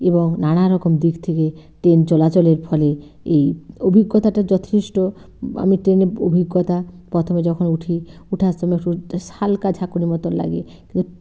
এবং নানা রকম দিক থেকে ট্রেন চলাচলের ফলে এই অভিজ্ঞতাটা যথেষ্ট আমি ট্রেনে অভিজ্ঞতা প্রথমে যখন উঠি ওঠার সময় শুদ হালকা ঝাঁকুনি মতো লাগে